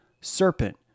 serpent